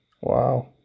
Wow